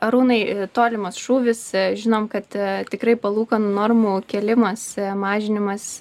arūnai tolimas šūvis žinom kad tikrai palūkanų normų kėlimas mažinimas